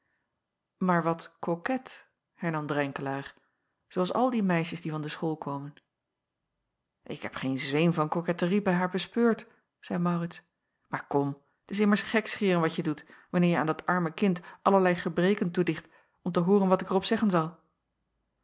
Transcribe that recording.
maar wat koket hernam drenkelaer zoo als al die meisjes die van de school komen ik heb geen zweem van koketterie bij haar bespeurd zeî maurits maar kom t is immers gekscheren wat je doet wanneer je aan dat arme kind allerlei gebreken toedicht om te hooren wat ik er op zeggen zal